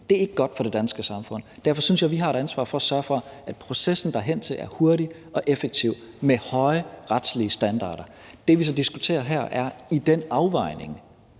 Det er ikke godt for det danske samfund. Derfor synes jeg, vi har et ansvar for at sørge for, at processen derhen til er hurtig og effektiv med høje retslige standarder. Det, vi så diskuterer her, er, om det i den afvejning